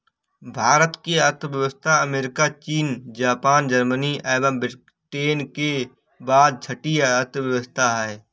भारत की अर्थव्यवस्था अमेरिका, चीन, जापान, जर्मनी एवं ब्रिटेन के बाद छठी अर्थव्यवस्था है